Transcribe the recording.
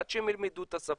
עד שהם ילמדו את השפה,